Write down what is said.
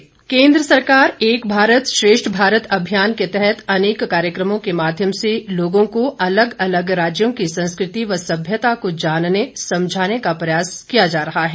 एक भारत श्रेष्ठ भारत केन्द्र सरकार एक भारत श्रेष्ठ भारत अभियान के तहत अनेक कार्यक्रमों के माध्यम से लोगों को अलग अलग राज्यों की संस्कृति व सभ्यता को जानने समझाने का प्रयास किया जा रहा है